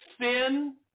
sin